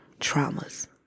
traumas